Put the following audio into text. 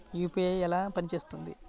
UPI ఎలా పనిచేస్తుంది?